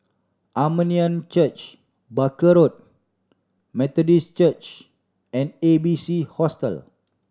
Armenian Church Barker Road Methodist Church and A B C Hostel